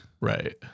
Right